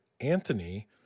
Anthony